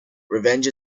revenge